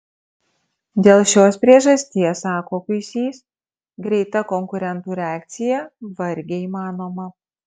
dėl šios priežasties sako kuisys greita konkurentų reakcija vargiai įmanoma